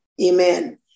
Amen